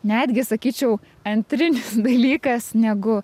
netgi sakyčiau antrinis dalykas negu